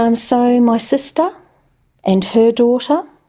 um so, my sister and her daughter,